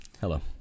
Hello